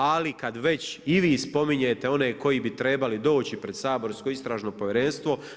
Ali kad već i vi spominjete one koji bi trebali doći pred saborsko Istražno povjerenstvo.